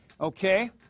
Okay